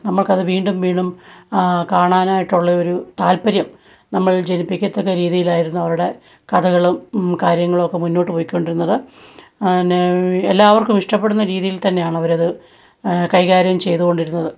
നമ്മൾക്കത് വീണ്ടും വീണ്ടും കാണാനായിട്ടുള്ള ഒരു താൽപ്പര്യം നമ്മൾ ജനിപ്പിക്കത്തക്ക രീതിയിലായിരുന്നു അവരുടെ കഥകളും കാര്യങ്ങളുമൊക്കെ മുന്നോട്ട് പൊയ്ക്കൊണ്ടിരുന്നത് അന്നേ എല്ലാവർക്കും ഇഷ്ട്ടപ്പെടുന്ന രീതിയിൽ തന്നെയാണവരത് കൈകാര്യം ചെയ്തുകൊണ്ടിരുന്നത്